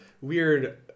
weird